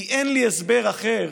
כי אין לי הסבר אחר